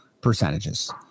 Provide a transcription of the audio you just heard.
percentages